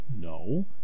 No